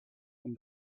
and